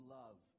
love